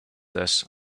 this